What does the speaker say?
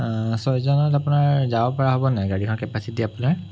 ছয়জনত আপোনাৰ যাব পৰা হ'ব নে গাড়ীখনৰ কেপাচিটি আপোনাৰ